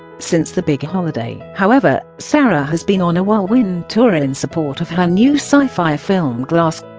since the big holiday, however, sarah has been on a whirlwind tour and in support of her new sci-fi film glass